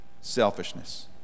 selfishness